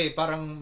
parang